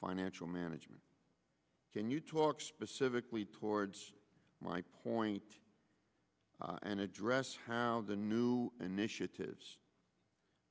financial management can you talk specifically towards my point and address how the new initiatives